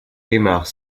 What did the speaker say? démarre